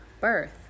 birth